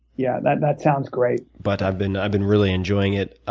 yeah, that that sounds great. but i've been i've been really enjoying it.